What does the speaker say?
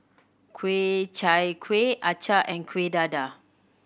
Ku Chai Kuih acar and Kueh Dadar